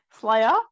Slayer